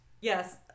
Yes